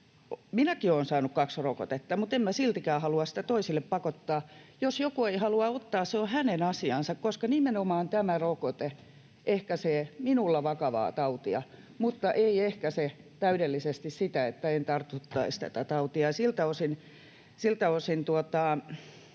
Minäkin olen saanut kaksi rokotetta, mutta en minä siltikään halua sitä toisille pakottaa. Jos joku ei halua ottaa, se on hänen asiansa, koska nimenomaan tämä rokote ehkäisee minulla vakavaa tautia mutta ei ehkäise täydellisesti sitä, että en tartuttaisi tätä tautia, ja siltä osin